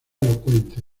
elocuente